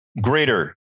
greater